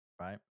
right